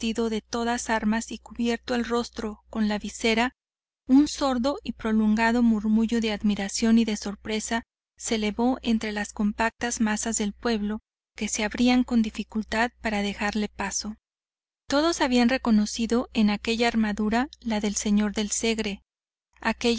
de todas armas y cubierto el rostro con la visera un sordo y prolongado murmullo de admiración y de sorpresa se elevó de entre las compactas masas del pueblo que se abrían con dificultad para dejarle paso todos habían reconocido en aquella armadura la del señor del segre aquella